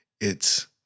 it's-